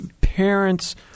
parents